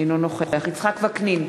אינו נוכח יצחק וקנין,